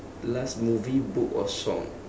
last movie book or song